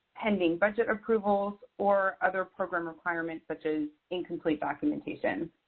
pending budget approvals, or other program requirements such as incomplete documentation.